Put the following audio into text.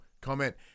comment